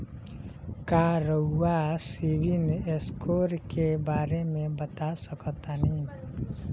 का रउआ सिबिल स्कोर के बारे में बता सकतानी?